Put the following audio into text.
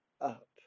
up